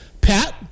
Pat